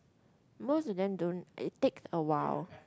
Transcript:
most of them don't it takes a while